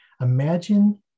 Imagine